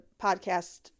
podcast